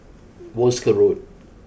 Wolskel Road